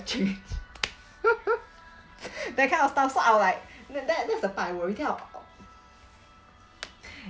change that kind of stuff so I'll like that that's the time I worry